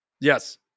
Yes